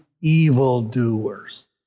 evildoers